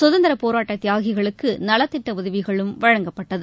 சுதந்திரப்போராட்ட தியாகிகளுக்கு நலத்திட்ட உதவிகளும் வழங்கப்பட்டது